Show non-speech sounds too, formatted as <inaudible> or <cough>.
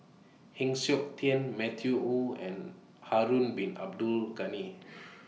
Heng Siok Tian Matthew Ngui and Harun Bin Abdul Ghani <noise>